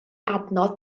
adnodd